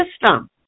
system